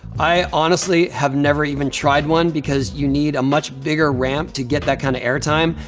i honestly have never even tried one because you need a much bigger ramp to get that kind of air time,